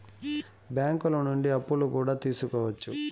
బ్యాంకులు నుండి అప్పులు కూడా తీసుకోవచ్చు